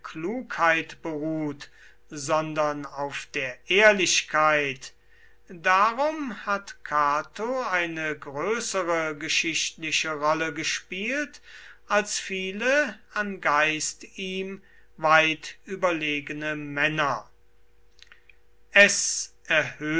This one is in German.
klugheit beruht sondern auf der ehrlichkeit darum hat cato eine größere geschichtliche rolle gespielt als viele an geist ihm weit überlegene männer es erhöht